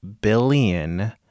billion